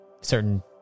certain